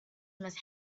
must